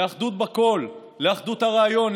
לאחדות בכול: לאחדות הרעיון,